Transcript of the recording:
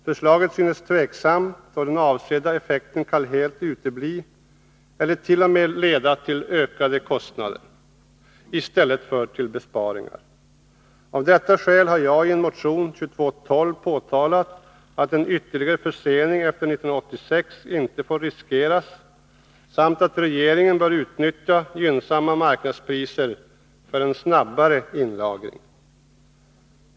Förslaget synes tveksamt, och den avsedda effekten kan helt utebli eller t.o.m. innebära ökade kostnader i stället för besparingar. Av detta skäl har jag i motion 2212 framhållit att en ytterligare försening efter 1986 inte får riskeras samt att regeringen bör utnyttja gynnsamma marknadspriser för en snabbare inlagring.